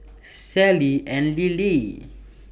Sally and Lillie